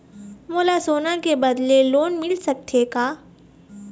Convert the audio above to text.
मोला सोना के बदले लोन मिल सकथे का?